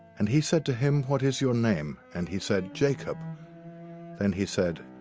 and he said to him, what is your name? and he said, jacob then he said,